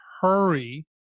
hurry